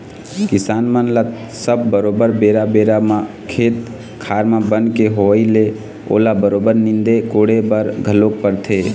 किसान मन ल सब बरोबर बेरा बेरा म खेत खार म बन के होवई ले ओला बरोबर नींदे कोड़े बर घलोक परथे